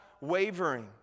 wavering